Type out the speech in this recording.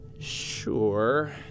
Sure